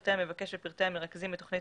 פרטי המבקש ופרטי המרכזים את תוכנית